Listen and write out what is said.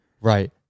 Right